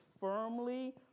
firmly